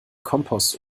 kompost